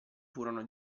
furono